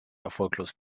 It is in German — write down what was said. erfolglos